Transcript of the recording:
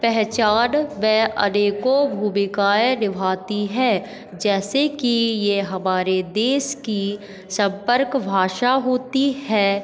पहचान मैं अनेकों भूमिकाएँ निभाती है जैसे कि ये हमारे देश की संपर्क भाषा होती है